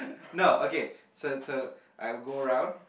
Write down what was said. no okay so so I'll go round